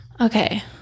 Okay